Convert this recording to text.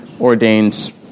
ordained